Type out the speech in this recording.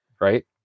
right